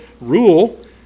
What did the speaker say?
rule